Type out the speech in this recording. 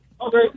Okay